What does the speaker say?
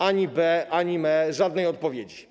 Ani be, ani me, żadnej odpowiedzi.